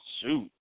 shoot